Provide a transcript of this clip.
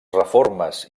reformes